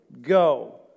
go